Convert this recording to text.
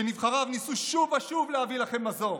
שנבחריו ניסו שוב ושוב להביא לכם מזור,